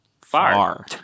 Far